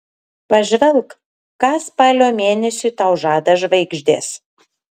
pažvelk ką spalio mėnesiui tau žada žvaigždės